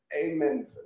amen